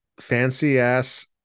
fancy-ass